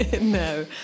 no